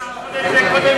ההצבעה